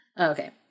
Okay